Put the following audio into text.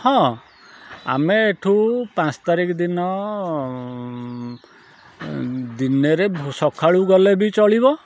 ହଁ ଆମେ ଏଠୁ ପାଞ୍ଚ ତାରିଖ ଦିନ ଦିନେରେ ସଖାଳୁ ଗଲେ ବି ଚଳିବ